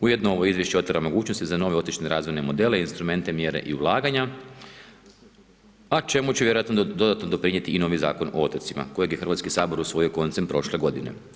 Ujedno ovo Izvješće otvara mogućnosti za nove otočne razvojne modele, instrumente, mjere i ulaganja a čemu će vjerojatno dodatno doprinijeti i novi Zakon o otocima kojeg je Hrvatski sabor usvojio koncem prošle godine.